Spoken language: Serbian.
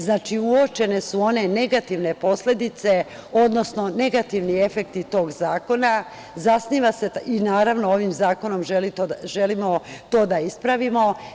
Znači, uočene su one negativne posledice, odnosno negativni efekti tog zakona i ovim zakonom želimo to da ispravimo.